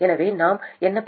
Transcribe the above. எனவே நாம் என்ன பெறுவோம்